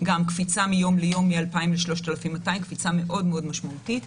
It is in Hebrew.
גם קפיצה מיום ליום מ-2,000 ל-3,200 קפיצה מאוד משמעותית.